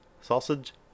Sausage